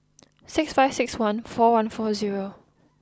six five six one four one four zero